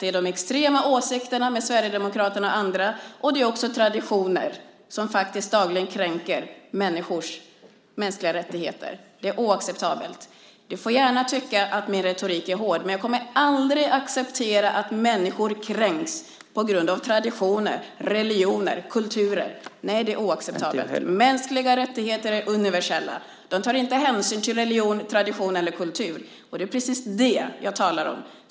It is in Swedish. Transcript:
Det är de extrema åsikterna hos Sverigedemokraterna och andra och också traditioner som faktiskt dagligen kränker mänskliga rättigheter. Det är oacceptabelt. Du får gärna tycka att min retorik är hård. Men jag kommer aldrig att acceptera att människor kränks på grund av traditioner, religioner och kulturer. Nej, det är oacceptabelt. Mänskliga rättigheter är universella. De tar inte hänsyn till religion, tradition eller kultur. Det är precis det som jag talar om.